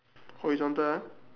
horizontal ah